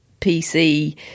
PC